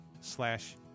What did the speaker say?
slash